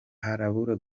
harabura